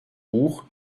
buch